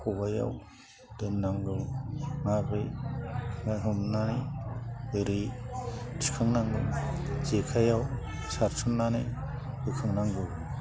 खबाइयाव दोननांगौ माब्रै ना हमनाय बोरै थिखांनांगौ जेखायाव सारस'न्नानै बोखांनागौ